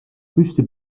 püsti